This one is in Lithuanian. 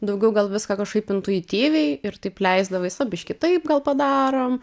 daugiau gal viską kažkaip intuityviai ir taip leisdavai su biškį taip gal padarom